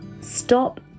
Stop